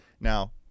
Now